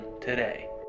today